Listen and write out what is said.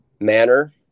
manner